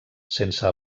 sense